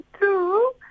Two